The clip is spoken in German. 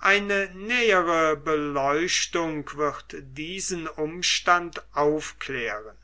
eine nähere beleuchtung wird diesen umstand aufklären